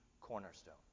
cornerstone